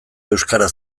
euskara